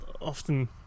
often